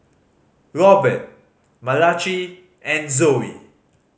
Robert Malachi and Zoie